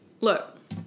look